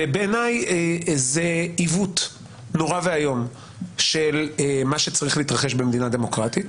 בעיני זה עיוות נורא ואיום של מה שצריך להתרחש במדינה דמוקרטית.